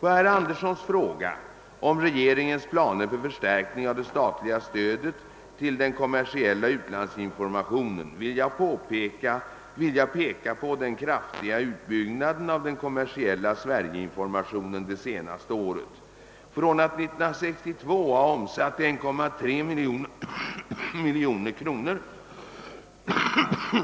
På herr Anderssons fråga om regeringens planer för förstärkning av det statliga stödet till den kommersiella utlandsinformationen vill jag peka på den kraftiga utbyggnaden av den kommersiella Sverige-informationen de senaste åren. Från att 1962 ha omsatt 1,3 miljon kronor